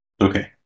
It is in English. Okay